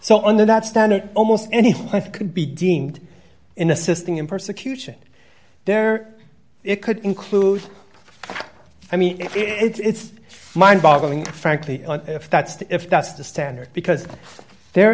so under that standard almost anything could be deemed in assisting in persecution there it could include i mean if it's mind boggling frankly if that's the if that's the standard because there